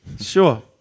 Sure